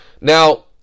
Now